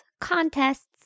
contests